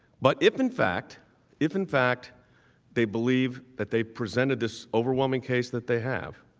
but if in fact if in fact they believe that they presented this overwhelming case that they have